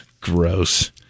Gross